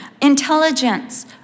intelligence